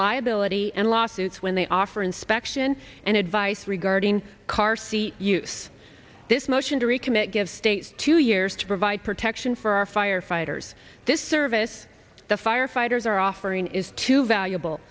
liability and lawsuits when they offer inspection and advice regarding car seat use this motion to recommit give states two years to provide protection for our firefighters this service the firefighters are offering is too valuable